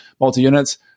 multi-units